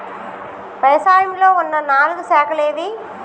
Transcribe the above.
వ్యవసాయంలో ఉన్న నాలుగు శాఖలు ఏవి?